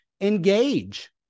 Engage